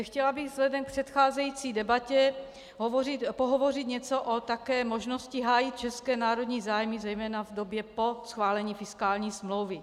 Chtěla bych vzhledem k předcházející debatě pohovořit něco také o možnosti hájit české národní zájmy zejména v době po schválení fiskální smlouvy.